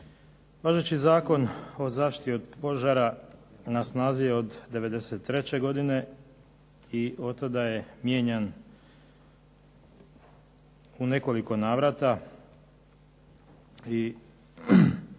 Važeći Zakon o zaštiti od požara na snazi je od '93. godine i od tada je mijenjan u nekoliko navrata i